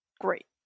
Great